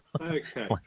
Okay